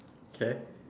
can